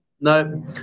No